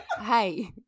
hey